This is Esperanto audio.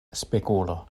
spegulo